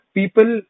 people